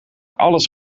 alles